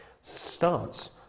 starts